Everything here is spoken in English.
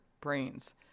brains